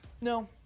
No